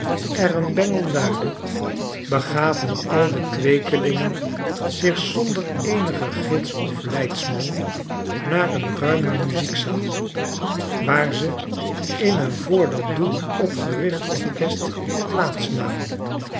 een bengel luidde begaven al de kweekelingen zich zonder eenigengids of jeidsman naar een ruime muziekzaal waar ze in een voor dat doel opgericht orchest plaats namen